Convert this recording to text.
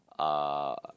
uh